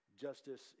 justice